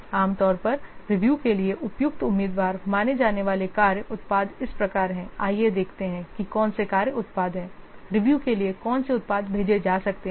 आमतौर पर रिव्यू के लिए उपयुक्त उम्मीदवार माने जाने वाले कार्य उत्पाद इस प्रकार हैं आइए देखते हैं कि कौन से कार्य उत्पाद हैं रिव्यू के लिए कौन से उत्पाद भेजे जा सकते हैं